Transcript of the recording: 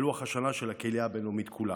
לוח השנה של הקהילייה הבין-לאומית כולה.